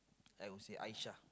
I would say Aisha